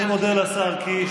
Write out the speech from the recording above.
אני מודה לשר קיש,